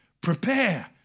prepare